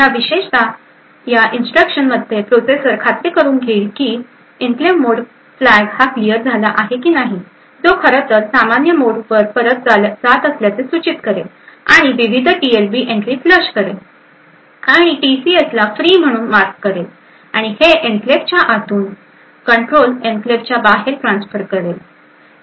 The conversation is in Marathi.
ह्या विशेषतः या इन्स्ट्रक्शन मध्ये प्रोसेसर खात्री करून घेईन की एन्क्लेव्ह मोड फ्लॅग हा क्लिअर झाला आहे की नाही जो खरतर सामान्य मोडवर परत जात असल्याचे सूचित करेल आणि विविध टीएलबी एन्ट्री फ्लश करेल आणि टीसीएसला फ्री म्हणून मार्क करेल आणि हे एन्क्लेव्हच्या आतून कंट्रोल एन्क्लेव्ह च्या बाहेर ट्रान्सफर करेल